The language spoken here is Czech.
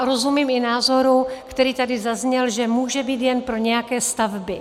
Rozumím i názoru, který tady zazněl, že může být jen pro nějaké stavby.